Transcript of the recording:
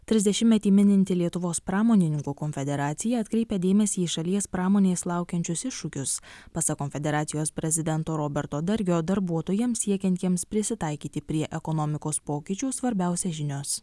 trisdešimtmetį mininti lietuvos pramonininkų konfederacija atkreipia dėmesį į šalies pramonės laukiančius iššūkius pasak konfederacijos prezidento roberto dargio darbuotojams siekiantiems prisitaikyti prie ekonomikos pokyčių svarbiausia žinios